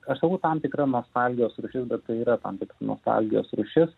aš sakau tam tikra nostalgijos rūšis bet tai yra tam tik nostalgijos rūšis